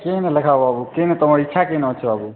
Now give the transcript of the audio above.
କିନ୍ ଲେଖା ବାବୁ କିନ୍ ତୁମର୍ ଇଚ୍ଛା କେନ୍ ଅଛେ ବାବୁ